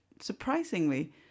surprisingly